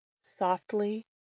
Softly